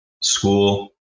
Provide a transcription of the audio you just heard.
school